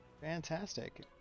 Fantastic